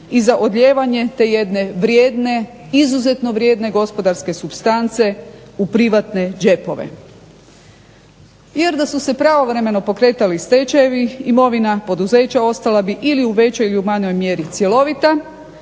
i za odlijevanje te jedne vrijedne, izuzetno vrijedne gospodarske supstance u privatne džepove. Jer da su se pravovremeno pokretali stečajevi imovina poduzeća ostala bi ili u većoj ili u manjoj mjeri cjelovita,